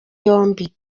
yombi